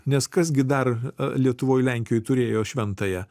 nes kas gi dar lietuvoj lenkijoj turėjo šventąją